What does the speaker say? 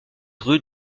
rue